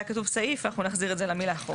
היה כתוב סעיף אנחנו נחזיר את זה למילה חוק.